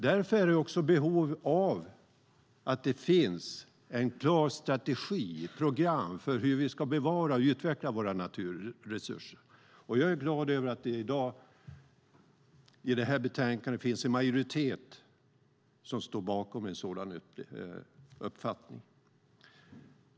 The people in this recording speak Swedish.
Därför finns det behov av en klar strategi för hur vi ska bevara och utveckla våra naturresurser. Jag är glad över att det i dag i det här betänkandet finns en majoritet som står bakom en sådan uppfattning.